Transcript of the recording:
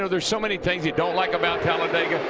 you know there's so many things we don't like about talladega,